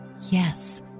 yes